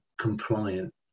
compliant